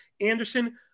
anderson